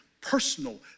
personal